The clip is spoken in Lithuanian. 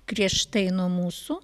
griežtai nuo mūsų